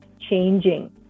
changing